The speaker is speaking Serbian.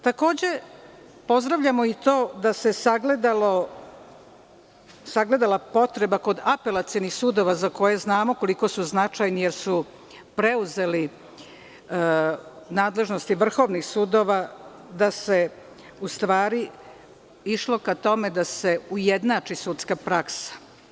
Pozdravljamo i to što se sagledala potreba kod apelacionih sudova, za koje znamo koliko su značajni jer su preuzeli nadležnosti vrhovnih sudova, gde se u stvari išlo ka tome da se ujednači sudska praksa.